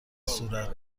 صورت